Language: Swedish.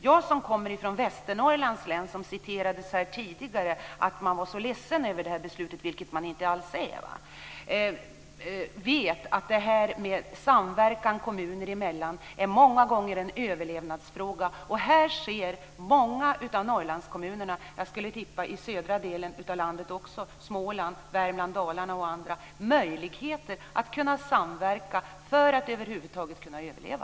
Jag, som kommer från Västernorrlands län - det sades tidigare att man var så ledsen över det här beslutet, vilket man inte alls är - vet att det här med samverkan kommuner emellan många gånger är en överlevnadsfråga. Här ser många av Norrlandskommunerna - jag skulle tippa att det är så i södra delen av landet också, t.ex. i Småland, Värmland, Dalarna m.fl. - möjligheter att kunna samverka för att över huvud taget kunna överleva.